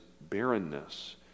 barrenness